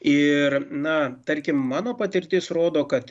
ir na tarkim mano patirtis rodo kad